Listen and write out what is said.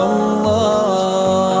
Allah